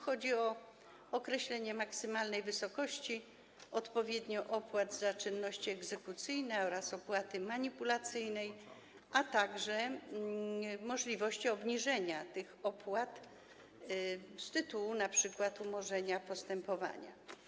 Chodzi tu o określenie maksymalnej wysokości odpowiednio opłat za czynności egzekucyjne oraz opłaty manipulacyjnej, a także możliwości obniżenia tych opłat z tytułu np. umorzenia postępowania.